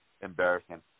Embarrassing